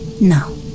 No